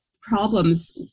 problems